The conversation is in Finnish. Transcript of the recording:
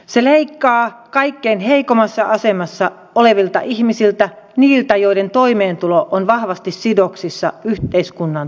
se leikkaa kaikkein heikoimmassa asemassa olevilta ihmisiltä niiltä joiden toimeentulo on vahvasti sidoksissa yhteiskunnan tukeen